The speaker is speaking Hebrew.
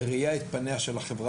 בראייה את פניה של החברה